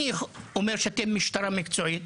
אני חושב שהמשטרה היא מקצועית